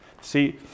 see